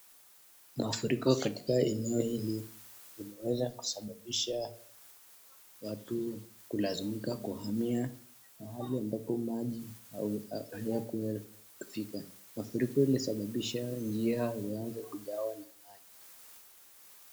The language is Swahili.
Mafuriko katika eneo hili inaweza kusababisha watu kulazimika kuhamia mahali ambapo maji yameweza kufika, mafuriko yamesababisha njia yaweze kugawa na maji.